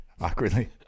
awkwardly